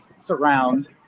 surround